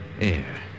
air